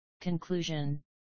Conclusion